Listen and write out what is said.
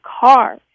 car